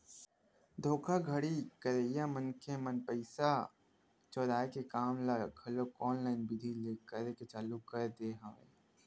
धोखाघड़ी करइया मनखे मन पइसा चोराय के काम ल घलोक ऑनलाईन बिधि ले करे के चालू कर दे हवय